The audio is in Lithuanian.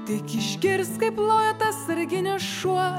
tik išgirst kaip loja tas sarginis šuo